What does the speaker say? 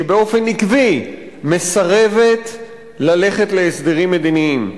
שבאופן עקבי מסרבת ללכת להסדרים מדיניים,